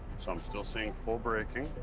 so i'm still seeing full braking.